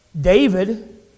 David